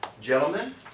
Gentlemen